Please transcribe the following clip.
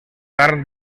carn